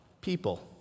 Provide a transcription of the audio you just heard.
people